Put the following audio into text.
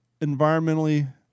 environmentally